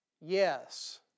Yes